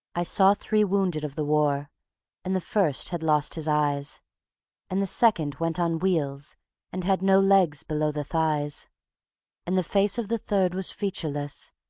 i saw three wounded of the war and the first had lost his eyes and the second went on wheels and had no legs below the thighs and the face of the third was featureless,